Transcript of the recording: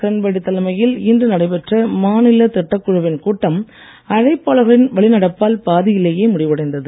கிரண்பேடி தலைமையில் இன்று நடைபெற்ற மாநில திட்டக்குழுவின் கூட்டம் அழைப்பாளர்களின் வெளிநடப்பால் பாதியிலேயே முடிவடைந்தது